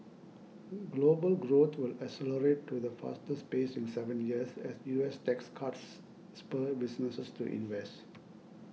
global growth will accelerate to the fastest pace in seven years as US tax cuts spur businesses to invest